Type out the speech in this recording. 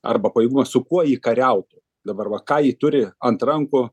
arba paėmus su kuo ji kariauja dabar va ką ji turi ant rankų